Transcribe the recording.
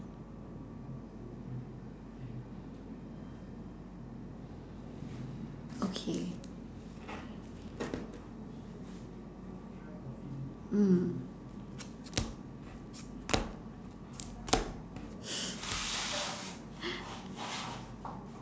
okay mm